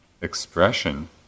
expression